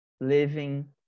living